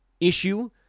issue